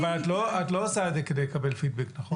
אבל את לא עושה את זה כדי לקבל פידבק, נכון?